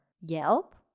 Yelp